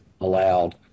allowed